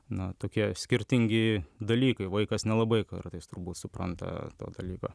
na tokie skirtingi dalykai vaikas nelabai kartais turbūt supranta to dalyko